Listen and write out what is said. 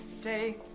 stay